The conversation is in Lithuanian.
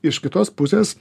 iš kitos pusės